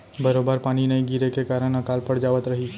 बरोबर पानी नइ गिरे के कारन अकाल पड़ जावत रहिस